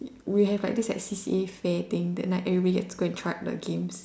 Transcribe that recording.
we have like this like C_C_A fair that let everyone to try out the games